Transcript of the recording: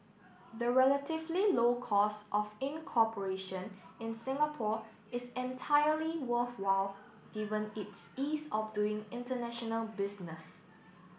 the relatively low cost of incorporation in Singapore is entirely worthwhile given its ease of doing international business